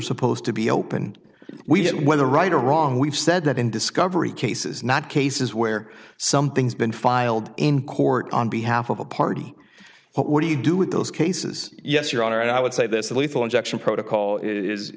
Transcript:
supposed to be open we don't whether right or wrong we've said that in discovery cases not cases where something's been filed in court on behalf of a party but what do you do with those cases yes your honor i would say this the lethal injection protocol is